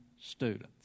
students